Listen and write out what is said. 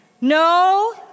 no